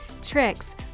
tricks